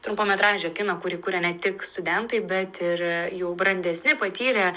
trumpametražio kino kurį kuria ne tik studentai bet ir jau brandesni patyrę